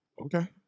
Okay